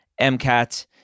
MCAT